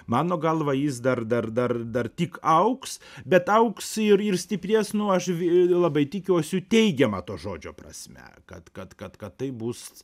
mano galva jis dar dar dar dar tik augs bet augs ir ir stiprės nu a aš ee labai tikiuosi teigiama to žodžio prasme kad kad kad kad taip bus